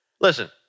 Listen